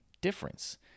difference